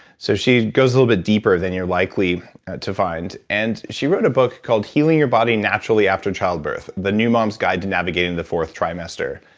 so she goes a little bit deeper than you're likely to find. and she wrote a book called, healing your body naturally after childbirth, the new mom's guide to navigating the fourth trimester.